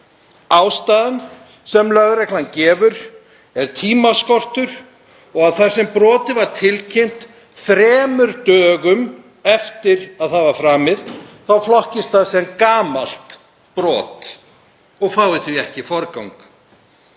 Ástæðan sem lögreglan gefur er tímaskortur og að þar sem brotið var tilkynnt þremur dögum eftir að það var framið þá flokkist það sem gamalt brot og fái því ekki forgang.